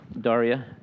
Daria